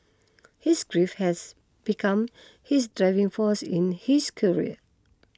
his grief has become his driving force in his career